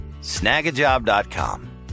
snagajob.com